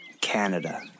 Canada